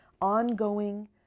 ongoing